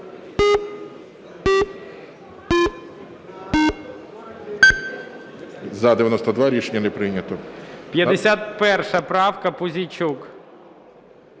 За-34 Рішення не прийнято. 4 правка, Пузійчук.